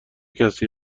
کسی